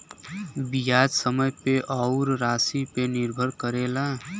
बियाज समय पे अउर रासी पे निर्भर करेला